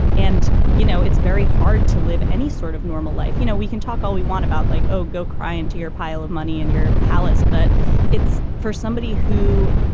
and, you know, it's very hard to live any sort of normal life. you know, we can talk all we want about like, oh, go cry into your pile of money in your palace. but it's for somebody who,